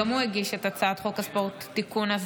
שהגיש גם הוא את הצעת חוק הספורט (תיקון,